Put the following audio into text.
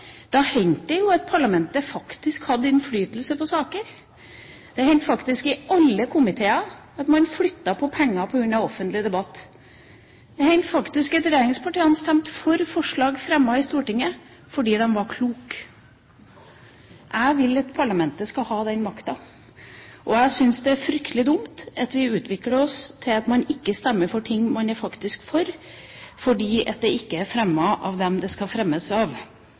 Da hendte det faktisk at parlamentet hadde innflytelse på saker. Det hendte faktisk i alle komiteer at man flyttet på penger på grunn av offentlig debatt. Det hendte faktisk at regjeringspartiene stemte for forslag fremmet i Stortinget, fordi de var kloke. Jeg vil at parlamentet skal ha den makta, og jeg syns det er fryktelig dumt at det utvikler seg slik at man ikke stemmer for forslag man faktisk er for, fordi det ikke er fremmet av dem det skal fremmes av.